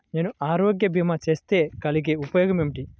నేను ఆరోగ్య భీమా చేస్తే కలిగే ఉపయోగమేమిటీ?